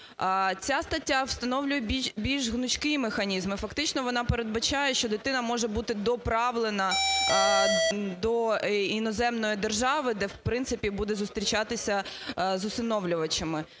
Ця стаття встановлює більш гнучкий механізм, і фактично вона передбачає, що дитина може бути доправлена до іноземної держави, де, в принципі, буде зустрічатися з усиновлювачами.